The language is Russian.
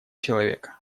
человека